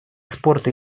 спорта